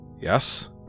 Yes